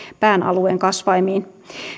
pään alueen kasvaimiin